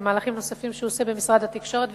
במהלכים נוספים שהוא עושה במשרד התקשורת,